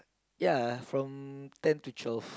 ya from ten to twelve